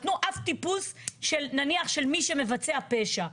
נתנו אב טיפוס נניח של מי שמבצע פשע.